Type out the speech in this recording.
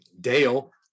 Dale